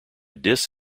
dis